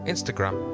Instagram